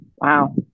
Wow